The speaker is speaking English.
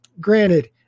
Granted